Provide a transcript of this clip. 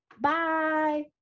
Bye